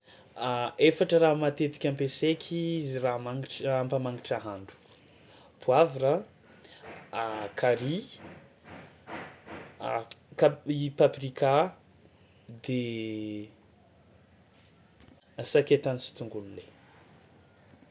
A efatra raha matetiky ampiasaiky izy raha mangitry ampamangitry ahandro: poavra, carry kap- i- paprika de sakay tany sy tongolo lay.